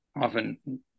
often